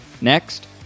Next